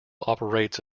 operates